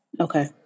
Okay